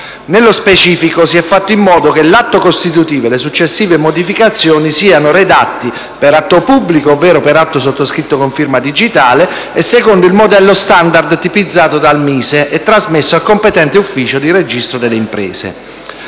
Nello specifico, si è fatto in modo che l'atto costitutivo e le successive modificazioni siano redatti: per atto pubblico, ovvero per atto sottoscritto con firma digitale; secondo il modello *standard* tipizzato dal MISE e trasmesso al competente ufficio del registro delle imprese.